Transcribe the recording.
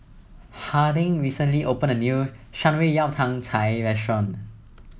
Harding recently opened a new Shan Rui Yao Tang Cai restaurant